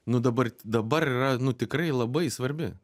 nu dabar dabar yra nu tikrai labai svarbi